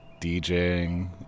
DJing